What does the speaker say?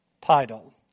title